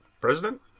president